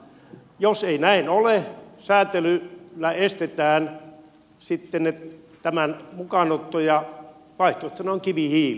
jos ei näin ole säätelyllä estetään sitten tämän mukaanotto ja vaihtoehtona on kivihiili